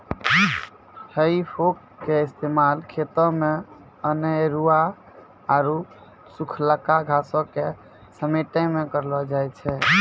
हेइ फोक के इस्तेमाल खेतो मे अनेरुआ आरु सुखलका घासो के समेटै मे करलो जाय छै